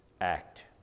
act